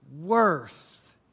worth